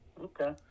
Okay